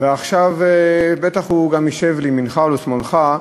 ועכשיו בטח הוא ישב לימינך או לשמאלך,